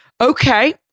okay